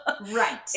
right